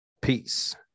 peace